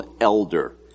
elder